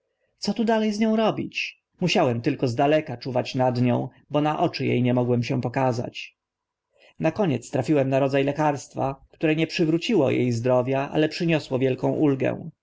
co tu dale z nią robić musiałem tylko z daleka czuwać nad nią bo na oczy e nie mogłem się pokazać na koniec trafiłem na rodza lekarstwa które nie przywróciło e zdrowia ale przyniosło wielką ulgę